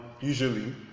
usually